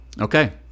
okay